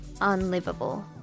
unlivable